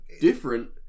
different